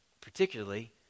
particularly